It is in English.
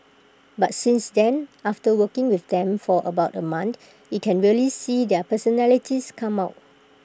but since then after working with them for about A month you can really see their personalities come out